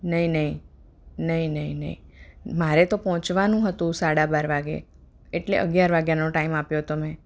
નહીં નહીં નહીં નહીં નહીં મારે તો પહોંચવાનું હતું સાડા બાર વાગ્યે એટલે અગિયાર વાગ્યાનો ટાઈમ આપ્યો તો મેં